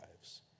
lives